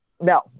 no